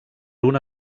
una